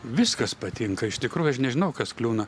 viskas patinka iš tikrųjų aš nežinau kas kliūna